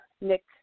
Nick –